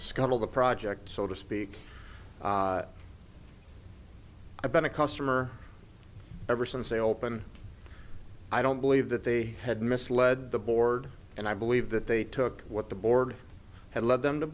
scuttle the project so to speak i've been a customer ever since a open i don't believe that they had misled the board and i believe that they took what the board had led them to